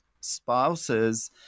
spouses